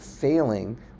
failing